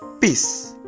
peace